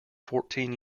fourteen